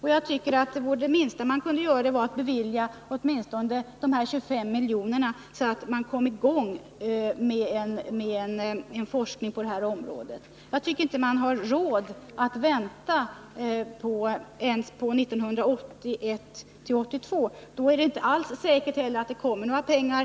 Jag tycker att det minsta man kan göra är att bevilja dessa 25 milj.kr., så att en forskning på detta område kommer i gång. Vi har inte råd att vänta ens till 1981/82. Det är inte alls säkert att det då kommer fram några pengar.